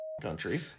country